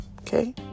okay